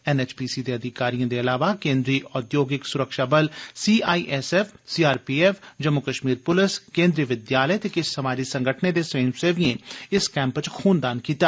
NHPC दे अधिकारिए दे इलावा केन्द्रीय उद्योगिक सुरक्षा बल सीआईएसएफ सीआरपीएफ जम्मू कश्मीर पुलस केन्द्र विद्यालय ते किश समाजी संगठने दे स्वयंसेविएं इस कैंप च खूनदान कीता